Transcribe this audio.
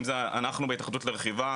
אם זה אנחנו בהתאחדות לרכיבה,